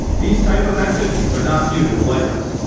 these type of activities are not new to the white house.